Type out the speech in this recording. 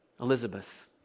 Elizabeth